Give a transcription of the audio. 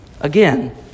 Again